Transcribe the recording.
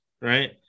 right